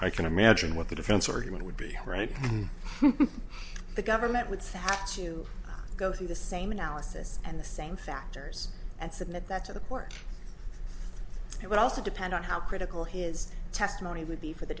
i can imagine what the defense argument would be right and the government would see how to go through the same analysis and the same factors and submit that to the court it would also depend on how critical his testimony would be for the